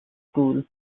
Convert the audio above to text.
school